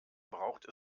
braucht